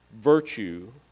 virtue